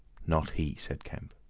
not he, said kemp.